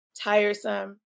tiresome